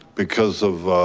because of,